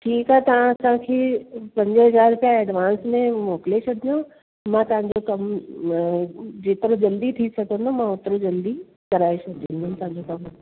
ठीकु आहे तव्हां असांखे पंज हज़ार रुपया अडवांस में मोकिले छॾिजो मां तव्हांजो कमु जेतिरो जल्दी थी सघंदो मां ओतिरो जल्दी कराए छॾींदमि तव्हांजो कमु